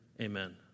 Amen